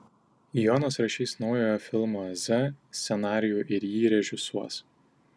jonas rašys naujojo filmo z scenarijų ir jį režisuos